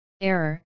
Error